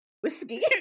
whiskey